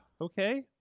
okay